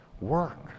Work